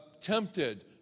tempted